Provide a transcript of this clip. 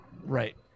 Right